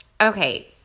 okay